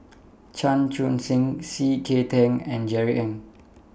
Chan Chun Sing C K Tang and Jerry Ng